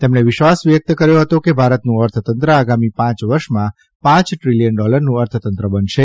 તેમણે વિશ્વાસ વ્ય્કત કર્યો હતો કે ભારતનું અર્થતંત્ર આગામી પાંચ વર્ષમાં પાંચ દ્રીલીયન ડોલરનું અર્થતંત્ર બનશે